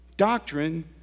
Doctrine